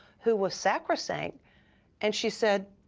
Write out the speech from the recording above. who was sacrosanct and she said,